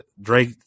Drake